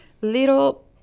little